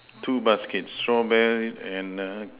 two baskets strawberries and err